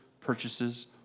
purchases